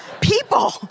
People